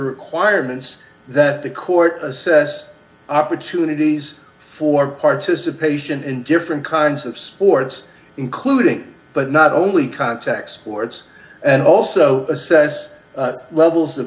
requirements that the court assess opportunities for participation in different kinds of sports including but not only contact sports and also says levels of